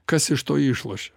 kas iš to išlošia